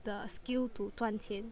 the skill to 赚钱